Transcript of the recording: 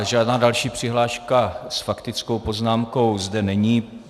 Žádná další přihláška s faktickou poznámkou zde není.